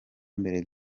mbere